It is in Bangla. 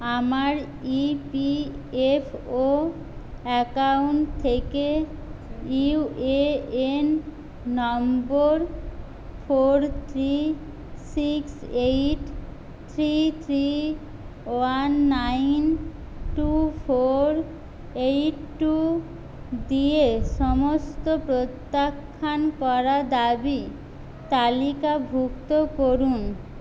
আমার ইপিএফও অ্যাকাউন্ট থেকে UAN number four three six eight three three one nine two four eight two দিয়ে সমস্ত প্রত্যাখ্যান করা দাবি তালিকাভুক্ত করুন